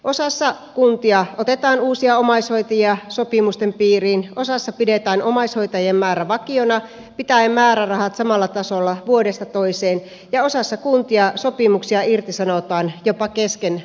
osassa kuntia otetaan uusia omaishoitajia sopimusten piiriin osassa pidetään omaishoitajien määrä vakiona pitäen määrärahat samalla tasolla vuodesta toiseen ja osassa kuntia sopimuksia irtisanotaan jopa kesken vuoden